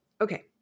Okay